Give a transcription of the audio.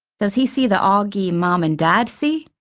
does he see the auggie mom and dad see,